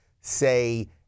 say